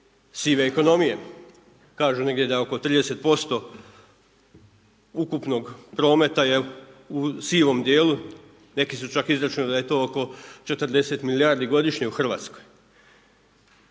sive ekonomije. Kažu da je negdje oko 30% ukupnog prometa u sivom dijelu. Neki su čak izračunali da je to oko 40 milijardi godišnje u Hrvatskoj.